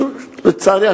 לצערי,